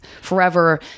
forever